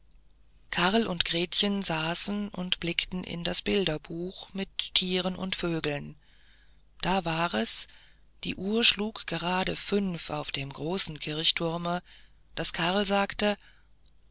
karl und gretchen saßen und blickten in das bilderbuch mit thieren und vögeln da war es die uhr schlug gerade fünf auf dem großen kirchturme daß karl sagte